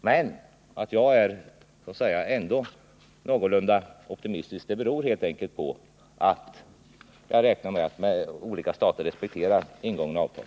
Men att jag ändå är någorlunda optimistisk beror helt enkelt på att jag räknar med att olika stater respekterar ingångna avtal.